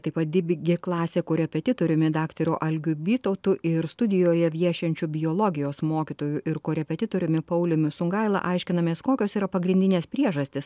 taip pat digiklasė korepetitoriumi daktaru algiu bitautu ir studijoje viešinčiu biologijos mokytoju ir korepetitoriumi pauliumi sungaila aiškinamės kokios yra pagrindinės priežastys